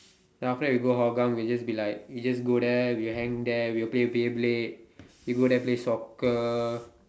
after that we go Hougang we will just be like we just go there we hang there we will play Beyblade we go there play soccer